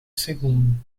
segundo